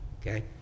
Okay